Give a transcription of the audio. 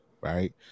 Right